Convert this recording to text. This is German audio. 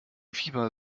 fieber